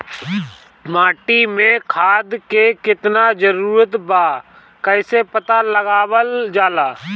माटी मे खाद के कितना जरूरत बा कइसे पता लगावल जाला?